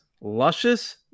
Luscious